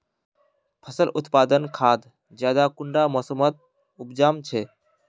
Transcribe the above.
फसल उत्पादन खाद ज्यादा कुंडा मोसमोत उपजाम छै?